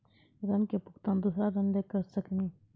ऋण के भुगतान दूसरा ऋण लेके करऽ सकनी?